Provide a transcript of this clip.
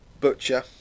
Butcher